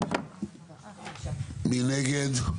מי נגד?